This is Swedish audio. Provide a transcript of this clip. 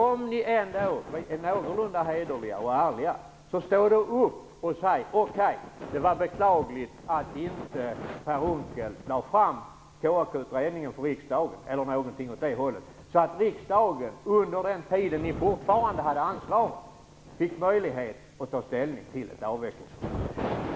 Om ni är någorlunda hederliga och ärliga, stå då upp och säg: Ok, det var beklagligt att inte Per Unckel lade fram KAK-utredningen eller någonting åt det håller för riksdagen, så att riksdagen under den tid då han fortfarande hade ansvaret fick möjlighet att ta ställning till ett avvecklingsförslag.